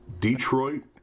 Detroit